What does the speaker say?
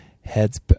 heads